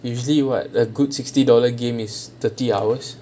usually what a good sixty dollar game is thirty hours